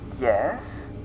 Yes